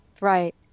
Right